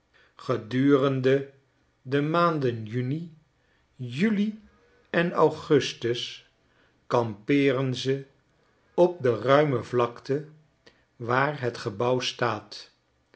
gedurende de maanden juni juli en augustus kampeeren ze op de ruime vlakte waar het gebouw staat